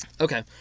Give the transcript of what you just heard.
Okay